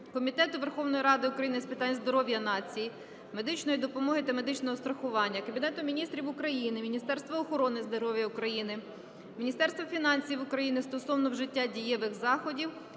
Комітету Верховної Ради України з питань здоров'я нації, медичної допомоги та медичного страхування, Кабінету Міністрів України, Міністерства охорони здоров'я України, Міністерства фінансів України стосовно вжиття дієвих заходів